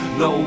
no